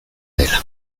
dela